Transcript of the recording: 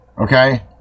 Okay